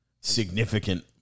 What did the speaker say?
significant